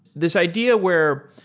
this idea where